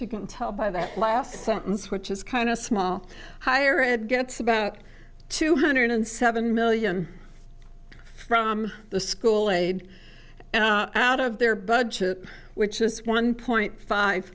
you can tell by that last sentence which is kind of small hire it gets about two hundred seven million from the school laid out of their budget which is one point five